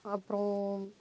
அப்புறம்